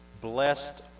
Blessed